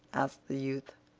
asked the youth.